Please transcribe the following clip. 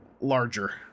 larger